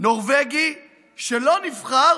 נורבגי שלא נבחר